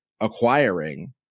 acquiring